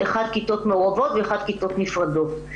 אחד כיתות מעורבות ואחד כיתות נפרדות.